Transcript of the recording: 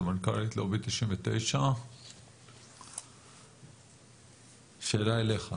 סמנכ"לית לובי 99. שאלה אליך,